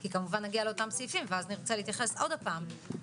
כי כמובן נגיע לאותם סעיפים ואז נרצה להתייחס פעם נוספת.